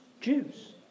Jews